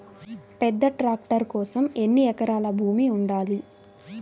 పెద్ద ట్రాక్టర్ కోసం ఎన్ని ఎకరాల భూమి ఉండాలి?